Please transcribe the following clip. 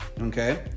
okay